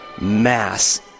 mass